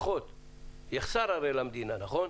ההנחות הרי יחסר למדינה, נכון?